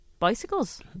bicycles